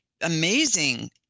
amazing